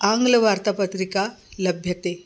आङ्ग्लवार्तापत्रिका लभ्यते